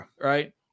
right